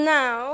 now